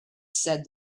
said